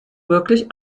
wirklich